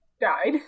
died